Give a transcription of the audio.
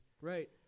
Right